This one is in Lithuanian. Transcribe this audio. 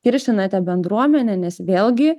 kiršinate bendruomenę nes vėlgi